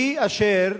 היא אשר